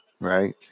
Right